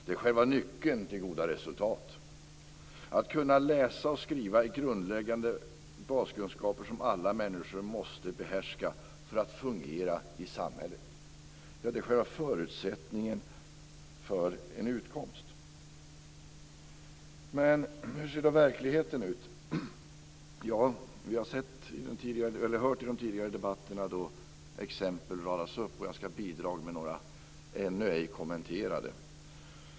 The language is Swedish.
Det är själva nyckeln till goda resultat. Att kunna läsa och skriva är grundläggande baskunskaper som alla människor måste behärska för att fungera i samhället; det är själva förutsättningen för en utkomst. Hur ser då verkligheten ut? Ja, vi har i den tidigare debatten hört exemplen radas upp, och jag ska bidra med några, ännu ej kommenterade.